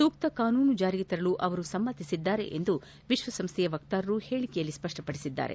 ಸೂಕ್ತ ಕಾನೂನನ್ನು ಜಾರಿಗೆ ತರಲು ಸಮ್ಮತಿಸಿದ್ದಾರೆಂದು ವಿಶ್ವಸಂಸ್ಥೆಯ ವಕ್ತಾರರು ಹೇಳಿಕೆಯಲ್ಲಿ ಸ್ಪಷ್ಟಪಡಿಸಿದ್ದಾರೆ